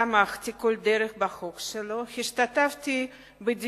תמכתי בחוק שלו לאורך כל הדרך,